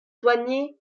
soigné